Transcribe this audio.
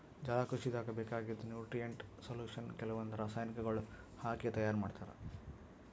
ಜಲಕೃಷಿದಾಗ್ ಬೇಕಾಗಿದ್ದ್ nutrient solution ಕೆಲವಂದ್ ರಾಸಾಯನಿಕಗೊಳ್ ಹಾಕಿ ತೈಯಾರ್ ಮಾಡ್ತರ್